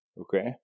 okay